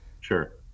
sure